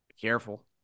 Careful